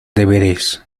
deberes